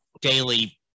daily